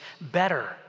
better